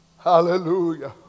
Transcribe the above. Hallelujah